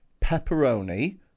pepperoni